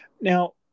Now